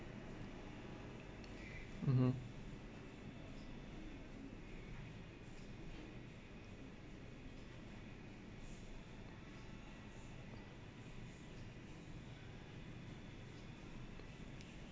mmhmm